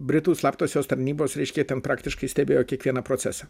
britų slaptosios tarnybos reiškia ten praktiškai stebėjo kiekvieną procesą